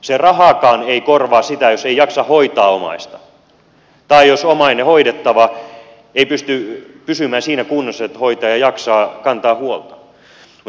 se rahakaan ei korvaa sitä jos ei jaksa hoitaa omaista tai jos omainen hoidettava ei pysty pysymään siinä kunnossa että hoitaja jaksaa kantaa huolta